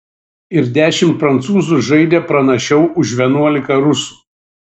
ir dešimt prancūzų žaidė pranašiau už vienuolika rusų